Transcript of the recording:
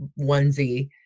onesie